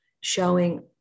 showing